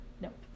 Nope